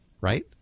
Right